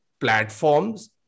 platforms